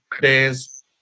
days